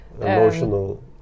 emotional